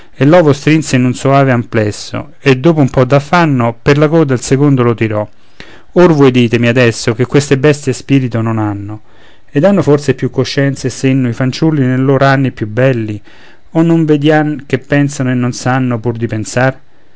e l'ovo strinse in un soave amplesso e dopo un po d'affanno per la coda il secondo lo tirò or voi ditemi adesso che queste bestie spirito non hanno ed hanno forse più coscienza e senno i fanciulli ne lor anni più belli o non vediam che pensano e non sanno pur di pensar